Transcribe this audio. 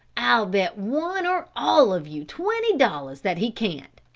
i'll bet one or all of you twenty dollars that he can't.